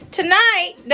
tonight